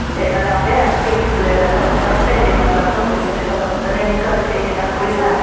ᱫᱮᱡ ᱮᱱᱟᱞᱮ ᱚᱸᱰᱮ ᱟᱨᱠᱤ ᱩᱱᱤ ᱥᱟᱞᱟᱜ ᱞᱮ ᱠᱟᱛᱷᱟ ᱵᱟᱛᱛᱟ ᱠᱟᱛᱮ ᱡᱮ ᱱᱚᱠᱟ ᱱᱚᱠᱟ ᱯᱚᱭᱥᱟ ᱴᱟᱠᱟ ᱵᱟᱹᱱᱩᱜ ᱛᱟᱞᱮᱭᱟ ᱱᱤᱛᱚᱜ ᱟᱞᱮᱴᱷᱮᱱ ᱤᱱᱟᱹᱜ ᱜᱟᱱ ᱯᱚᱭᱥᱟ